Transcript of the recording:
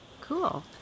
Cool